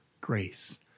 grace